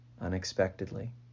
unexpectedly